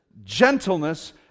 gentleness